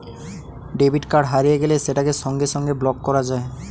debit card হারিয়ে গেলে সেটাকে সঙ্গে সঙ্গে ব্লক করা যায়